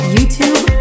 YouTube